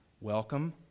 Welcome